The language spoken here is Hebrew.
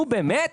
נו באמת,